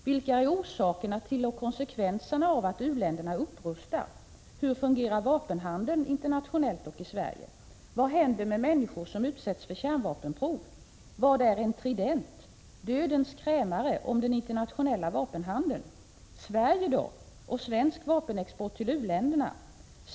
— Vilka är orsakerna till och konsekvenserna av att u-länder upprustar? — Vad händer med människor som utsätts för kärnvapenprov? Vad är en Trident?